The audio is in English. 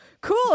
Cool